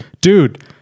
dude